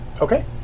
okay